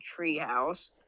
Treehouse